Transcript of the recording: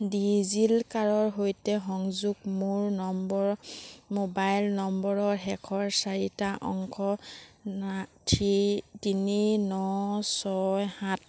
ডিজিলকাৰৰ সৈতে সংযোগ মোৰ নম্বৰ মোবাইল নম্বৰৰ শেষৰ চাৰিটা অংক না থ্ৰী তিনি ন ছয় সাত